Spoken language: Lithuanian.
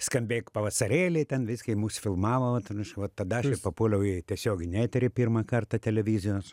skambėk pavasarėli ten viską i mus filmavo va ten aš va tada aš papuoliau į tiesioginį eterį pirmą kartą televizijos